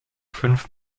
fünf